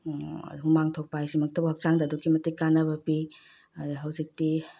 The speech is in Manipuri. ꯍꯨꯃꯥꯡ ꯊꯣꯛꯄ ꯍꯥꯏꯁꯤꯃꯛꯇꯕꯨ ꯍꯛꯆꯥꯡꯗ ꯑꯗꯨꯛꯀꯤ ꯃꯇꯤꯛ ꯀꯥꯟꯅꯕ ꯄꯤ ꯑꯗ ꯍꯧꯖꯤꯛꯇꯤ